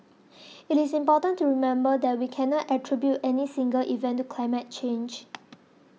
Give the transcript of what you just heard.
it is important to remember that we cannot attribute any single event to climate change